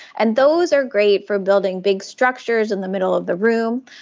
and those are great for building big structures in the middle of the room.